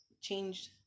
changed